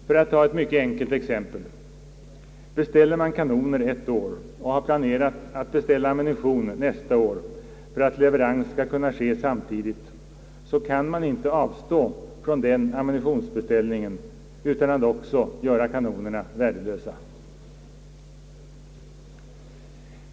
För att ta ett mycket enkelt exempel: beställer man kanoner ett år och har planerat att beställa ammunition nästa år för att leve rans skall kunna ske samtidigt, så kan man inte avstå från den ammunitionsbeställningen utan att göra också kanonerna värdelösa.